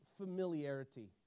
familiarity